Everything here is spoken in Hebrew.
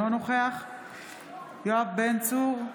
אינו נוכח יואב בן צור,